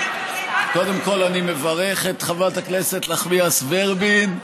אני מברך את חברת הכנסת נחמיאס ורבין,